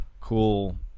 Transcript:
cool